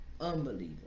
unbelievable